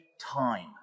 time